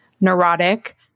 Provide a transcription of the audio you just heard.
neurotic